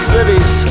Cities